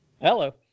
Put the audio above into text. Hello